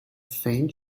faint